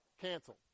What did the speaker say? Cancel